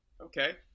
Okay